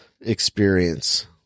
experience